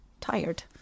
tired